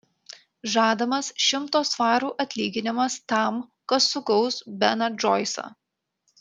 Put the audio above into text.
žadamas šimto svarų atlyginimas tam kas sugaus beną džoisą